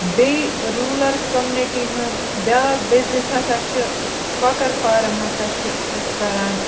بیٚیہِ rural community ہٕنٛز بیٛاکھ بِزنِس ہَسا چھِ کۄکَر فارَم ہَسا چھِ أسۍ کَران